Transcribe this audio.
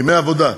ימי עבודה,